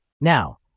Now